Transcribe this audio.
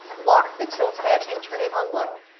lock the tilt head and turn it on low.